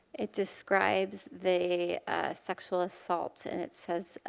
it describes the sexual assault, and it says,